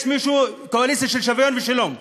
יש מישהו בקואליציה של שוויון ושלום?